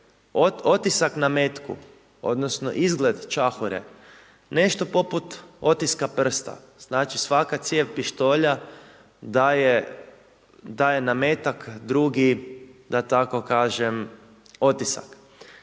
otisak na metku, odnosno izgled čahure nešto poput otiska prsta, znači svaka cijev pištolja daje na metak drugi, da tako